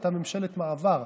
אתה ממשלת מעבר,